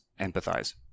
empathize